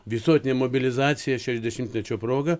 visuotinė mobilizacija šešiasdešimtmečio proga